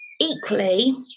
Equally